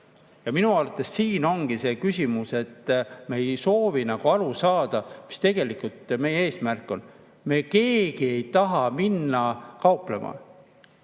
Minu arvates siin ongi see küsimus, et me ei soovi nagu aru saada, mis tegelikult meie eesmärk on. Me keegi ei taha minna kauplema.